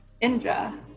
Indra